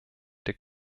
der